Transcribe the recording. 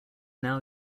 now